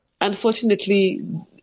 Unfortunately